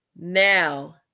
now